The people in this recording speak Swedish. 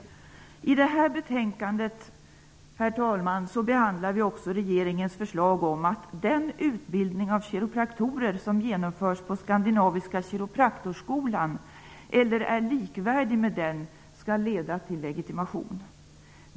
I detta betänkande behandlar vi också regeringens förslag om att den utbildning av kiropraktorer som genomförs på Skandinaviska Chiropraktorskolan, eller är likvärdig med den, skall leda till legitimation.